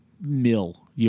mill